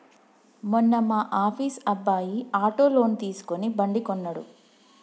మొన్న మా ఆఫీస్ అబ్బాయి ఆటో లోన్ తీసుకుని బండి కొన్నడు